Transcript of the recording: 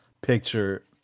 picture